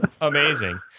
Amazing